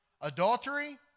adultery